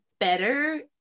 better